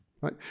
right